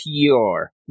pure